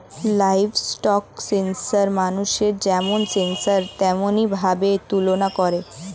livestock census মানুষের যেমন census তেমনি ভাবে তুলনা করে